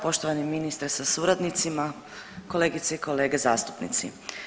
Poštovani ministre sa suradnicima, kolegice i kolege zastupnici.